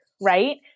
right